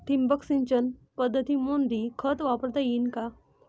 ठिबक सिंचन पद्धतीमंदी खत वापरता येईन का?